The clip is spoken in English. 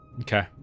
Okay